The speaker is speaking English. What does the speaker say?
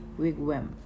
wigwam